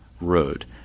road